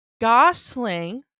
Gosling